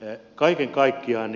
mutta kaiken kaikkiaan